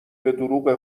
بهدروغ